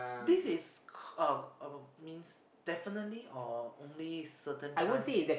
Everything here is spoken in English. this is uh uh means definitely or only certain chance